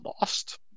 lost